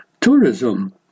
tourism